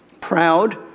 Proud